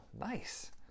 nice